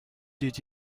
did